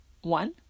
one